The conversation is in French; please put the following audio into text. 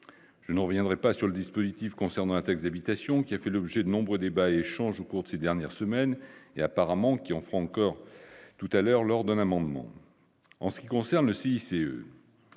je ne reviendrai pas sur le dispositif concernant un texte habitation qui a fait l'objet de nombreux débats et échanges au cours de ces dernières semaines et apparemment qui, en France, encore tout à l'heure lors d'un amendement en ce qui concerne Cissé,